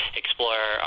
explore